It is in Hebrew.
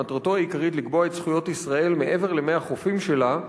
ומטרתו העיקרית לקבוע את זכויות ישראל מעבר למי החופים שלה,